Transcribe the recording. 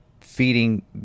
feeding